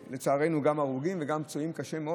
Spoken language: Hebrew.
לצערנו, גם הרוגים וגם פצועים קשה מאוד.